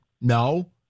No